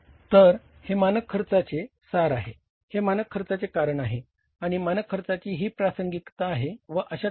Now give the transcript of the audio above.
तर हे मानक खर्चाचे तयार करणार